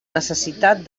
necessitat